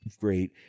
great